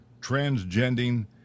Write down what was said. transgending